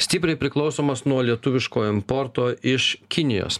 stipriai priklausomas nuo lietuviško importo iš kinijos